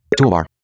toolbar